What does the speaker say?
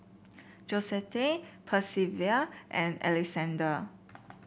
Josette Percival and Alexander